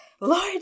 Lord